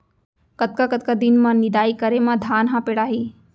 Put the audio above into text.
कतका कतका दिन म निदाई करे म धान ह पेड़ाही?